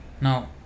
now